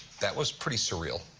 that was pretty surreal.